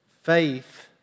Faith